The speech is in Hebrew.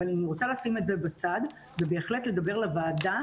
אבל אני רוצה לשים את זה בצד ובהחלט לדבר לוועדה